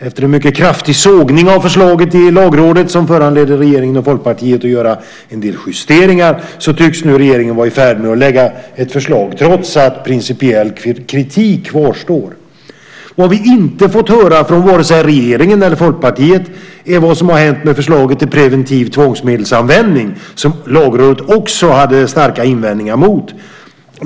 Efter en kraftig sågning av förslaget i Lagrådet, som föranledde regeringen och Folkpartiet att göra en del justeringar, tycks regeringen nu vara i färd med att lägga fram ett förslag trots att principiell kritik kvarstår. Det vi inte fått höra från vare sig regeringen eller Folkpartiet är vad som hänt med förslaget om preventiv tvångsmedelsanvändning, som Lagrådet också hade starka invändningar mot.